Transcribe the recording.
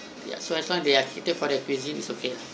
ya so as long as they are catered for their cuisine is okay lah